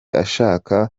ashaka